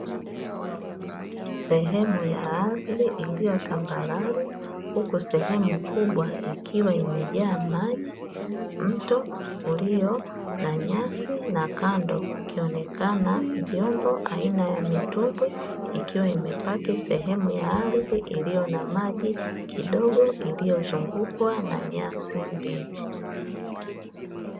Sehemu ya ardhi iliyo tambarare, huku sehemu kubwa ikiwa imejaa maji, mto ulio na nyasi na kando kukionekana vyombo aina ya mitumbwi, ikiwa imepaki sehemu ya ardhi iliyo na maji kidogo, iliyozungukwa na nyasi mbichi.